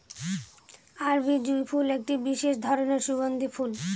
আরবি জুঁই ফুল একটি বিশেষ ধরনের সুগন্ধি ফুল